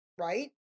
Right